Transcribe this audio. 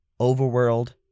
overworld